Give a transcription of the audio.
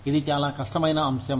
ఇది చాలా కష్టమైన అంశం